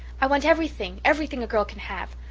i want everything everything a girl can have.